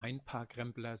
einparkrempler